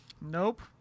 Nope